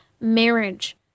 marriage